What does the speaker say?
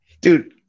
dude